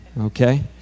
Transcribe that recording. okay